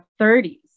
30s